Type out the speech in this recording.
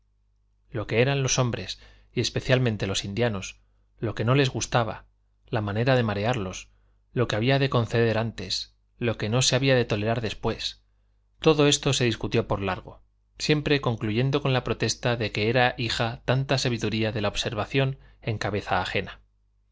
lo que eran los hombres y especialmente los indianos lo que no les gustaba la manera de marearlos lo que había que conceder antes lo que no se había de tolerar después todo esto se discutió por largo siempre concluyendo con la protesta de que era hija tanta sabiduría de la observación en cabeza ajena